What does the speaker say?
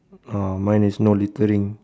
ah mine is no littering